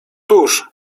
tuż